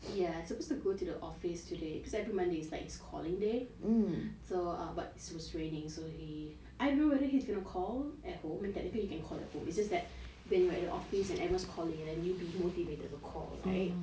ya supposed to go to the office today cause every monday is a calling day so err but its raining so he I don't know whether he's gonna call at home I mean technically he can call at home its just that when you are at the office and everyone is calling you will be motivated to call right